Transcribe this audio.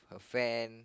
fan